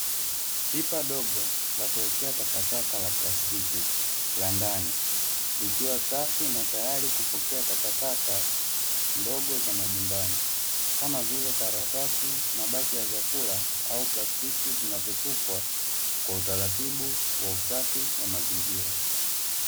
Pipa dogo la kuwekea takataka la plastiki la ndani, likiwa safi na kuwekea takataka ndogo za majumbani kama vile karatasi, mabaki ya vyakula au plastiki zinazotupwa kwa utaratibu kwa usafi wa mazingira.